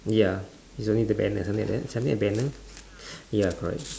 ya it's only the banner something like that something like banner ya correct